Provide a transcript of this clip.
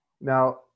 Now